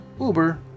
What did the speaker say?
Uber